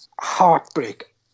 heartbreak